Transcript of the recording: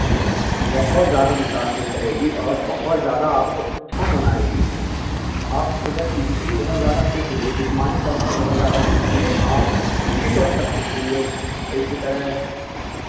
بہت زیادہ متاثر کرے گی اور بہت زیادہ آپ کو اچھا بنائے گی آپ جو ہے فزیکلی بہت زیادہ فٹ ہوں گے جسمانی طور پر بہت زیادہ فٹ ہوں گے آپ فکری طور پر فٹ ہوں گے اور اسی طرح